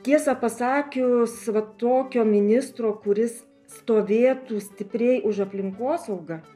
tiesą pasakius va tokio ministro kuris stovėtų stipriai už aplinkosaugą